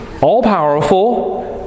All-powerful